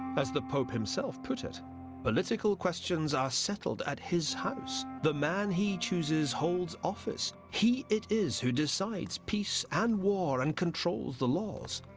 as the pope himself put it political questions are settled at his house. the man he chooses holds office. he it is who decides peace and war and controls the laws.